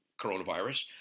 coronavirus